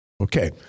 Okay